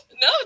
No